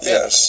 Yes